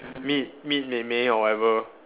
meet meet mei mei or whatever